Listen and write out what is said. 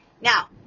Now